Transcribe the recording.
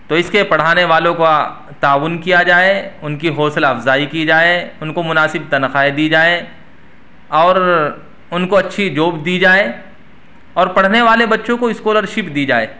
تو اس کے پڑھانے والوں کا تعاون کیا جائے ان کی حوصلہ افزائی کی جائے ان کو مناسب تنخواہیں دی جائیں اور ان کو اچھی جاب دی جائے اور پڑھنے والے بچوں کو اسکالرشپ دی جائے